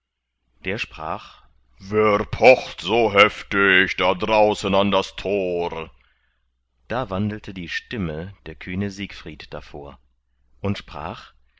der sprach wer pocht so heftig da draußen an das tor da wandelte die stimme der kühne siegfried davor und sprach